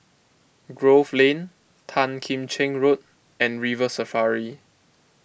Grove Lane Tan Kim Cheng Road and River Safari